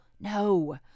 No